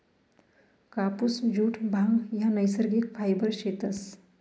कापुस, जुट, भांग ह्या नैसर्गिक फायबर शेतस